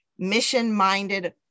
Mission-minded